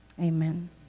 amen